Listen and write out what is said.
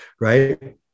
right